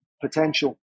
potential